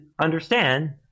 understand